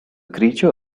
creature